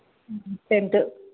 tenth